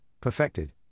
perfected